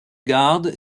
garde